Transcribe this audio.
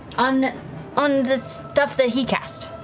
on on the stuff that he cast.